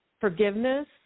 forgiveness